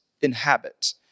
inhabit